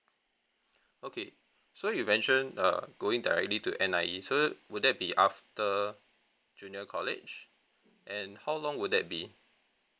okay so you mentioned uh going directly to N_I_E so would that be after junior college and how long would that be